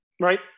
right